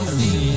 see